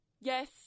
Yes